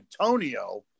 Antonio